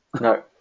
no